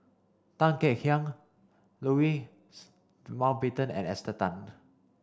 Tan Kek Hiang Louis Mountbatten and Esther Tan